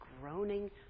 groaning